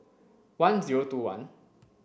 one zero two one